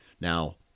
Now